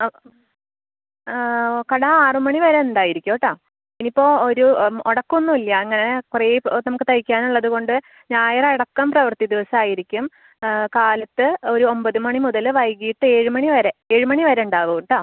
ആ കട ആറ് മണി വെരെ ഉണ്ടായിരിക്കൂട്ടാ ഇനിയിപ്പോൾ ഒരു മൊടക്കൊന്നുല്യ അങ്ങനെ കുറെ നമുക്ക് തയ്ക്കാനുള്ളത് കൊണ്ട് ഞായറടക്കം പ്രവൃത്തി ദിവസമായിരിക്കും കാലത്ത് ഒരു ഒൻപത് മണി മുതൽ വൈകീട്ട് ഏഴ് മണി വരെ ഏഴ് മണി വെരെ ഉണ്ടാവൂട്ടാ